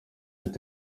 ati